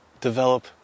develop